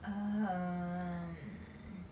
um